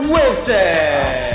Wilson